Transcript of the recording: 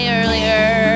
earlier